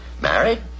married